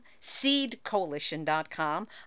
seedcoalition.com